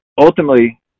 ultimately